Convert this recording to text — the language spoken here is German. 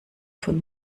von